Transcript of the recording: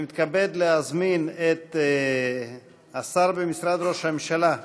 אני מתכבד להזמין את השר במשרד ראש הממשלה,